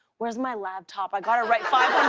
where's my laptop? i've got to write five